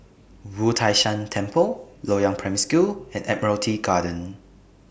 Wu Tai Shan Temple Loyang Primary School and Admiralty Garden